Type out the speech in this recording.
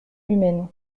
humaine